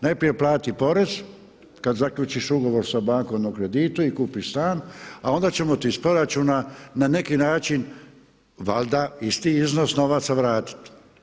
Najprije plati porez kad zaključiš ugovor sa bankom o kreditu i kupiš stan, a onda ćemo ti iz proračuna na neki način valjda isti iznos novaca vratiti.